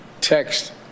text